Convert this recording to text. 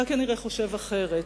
אתה כנראה חושב אחרת,